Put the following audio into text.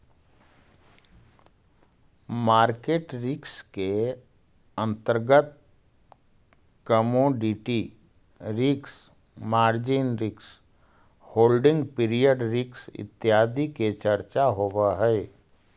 market risk के अंतर्गत commodity risk, margin risk, holding period risk इत्यादि के चर्चा होवऽ हई